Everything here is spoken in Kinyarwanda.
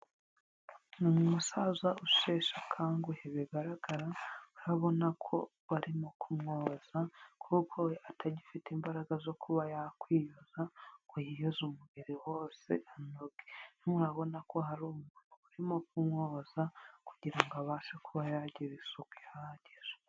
Ni umusaza ushehsa akanguhe bigaragara, urabona ko barimo kumyoza kuko we atagifite imbaraga zo kuba yakwiyoza ngo yiyoze umubiri wose anoge nubu urabona ko hari umuntu urimo kumyoza kugira abashe kuba yagira isuku ihagije.